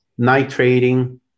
nitrating